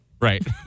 Right